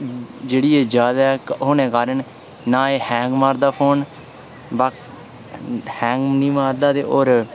जेह्ड़ी एह् जादै होने दे कारण ना एह् हैंग मारदा फोन बाकी हैंग बी मारदे ते होर